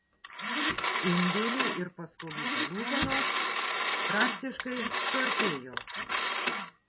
indėlių ir paskolų palūkanos praktiškai suartėjo